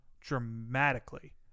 dramatically